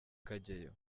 kageyo